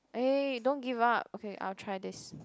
eh don't give up okay I will try this